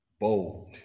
bold